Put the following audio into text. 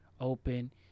Open